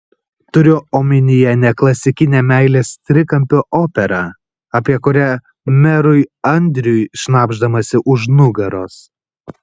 turiu omenyje ne klasikinę meilės trikampio operą apie kurią merui andriui šnabždamasi už nugaros